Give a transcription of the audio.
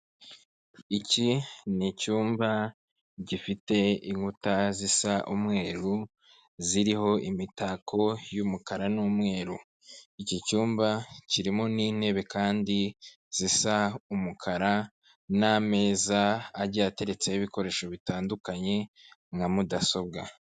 Iki ni icyumba, gifite inkuta zisa umweru, ziriho imitako y'umukara n'umweru, iki cyumba kirimo n'intebe kandi zisa umukara n'ameza, agiye ateretseho ibikoresho bitandukanye nka mudasobwa.